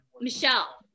Michelle